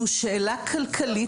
זו שאלה כלכלית.